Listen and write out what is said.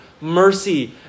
mercy